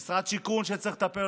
משרד שיכון שצריך לטפל בו,